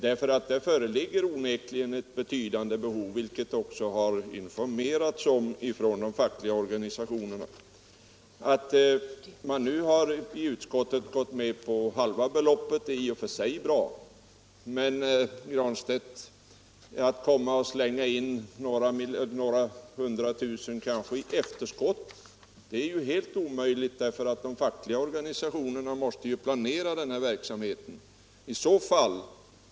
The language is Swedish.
På det området föreligger onekligen ett betydande behov, vilket också de fackliga organisationerna har informerat om. Att utskottet nu har gått med på halva beloppet är i och för sig bra, men, herr Granstedt, att komma och slänga in några hundra tusen i efterskott är helt omöjligt därför att de fackliga organisationerna måste planera denna verksamhet långt i förväg.